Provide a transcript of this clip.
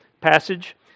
passage